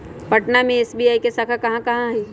पटना में एस.बी.आई के शाखा कहाँ कहाँ हई